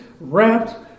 wrapped